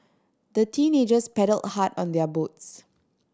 the teenagers paddled hard on their boats